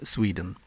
Sweden